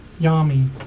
Yami